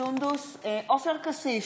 עופר כסיף,